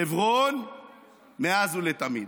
חברון מאז ולתמיד.